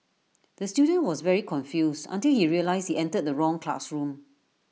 the student was very confused until he realised he entered the wrong classroom